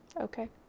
Okay